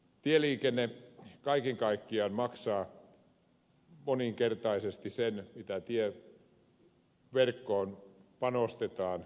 tieliikenne kaiken kaikkiaan maksaa moninkertaisesti sen mitä tieverkkoon panostetaan